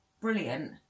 brilliant